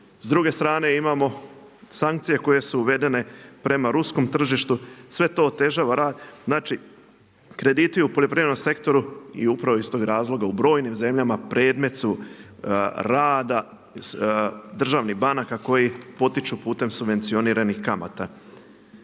s druge strane imamo sankcije koje su uvedene prema ruskom tržištu. Sve to otežava rad. Znači krediti u poljoprivrednom sektoru i upravo iz toga razloga u brojnim zemljama predmet su rada državnih banaka koji potiču putem subvencioniranih kamata.